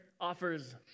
offers